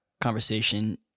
conversation